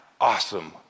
Awesome